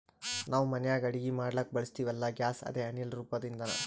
ನಾವ್ ಮನ್ಯಾಗ್ ಅಡಗಿ ಮಾಡ್ಲಕ್ಕ್ ಬಳಸ್ತೀವಲ್ಲ, ಗ್ಯಾಸ್ ಅದೇ ಅನಿಲ್ ರೂಪದ್ ಇಂಧನಾ